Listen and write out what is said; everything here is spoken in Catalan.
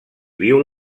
viu